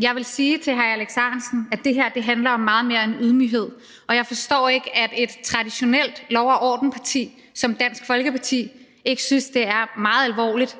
Jeg vil sige til hr. Alex Ahrendtsen, at det her handler om meget mere end ydmyghed. Jeg forstår ikke, at et traditionelt lov og orden-parti som Dansk Folkeparti ikke synes, det er meget alvorligt,